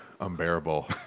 unbearable